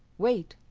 wait.